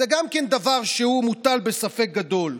זה גם דבר שהוא מוטל בספק גדול,